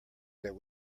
that